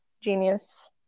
genius